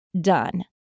done